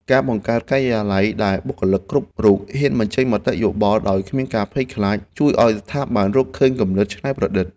ការបង្កើតបរិយាកាសដែលបុគ្គលិកគ្រប់រូបហ៊ានបញ្ចេញមតិយោបល់ដោយគ្មានការភ័យខ្លាច ជួយឱ្យស្ថាប័នរកឃើញគំនិតច្នៃប្រឌិត។